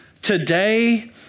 Today